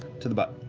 to the butt.